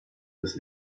das